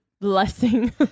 blessing